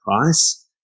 price